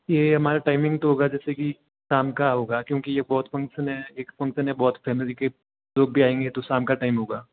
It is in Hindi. ये हमारा टाइमिंग तो होगा जैसे की शाम का होगा क्योंकि यह बहुत फंक्शन है एक फंक्शन है बहुत फैमिली के लोग भी आयेंगे तो शाम का टाइम होगा